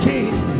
King